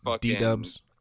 D-dubs